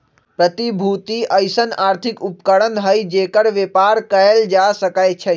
प्रतिभूति अइसँन आर्थिक उपकरण हइ जेकर बेपार कएल जा सकै छइ